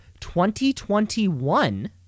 2021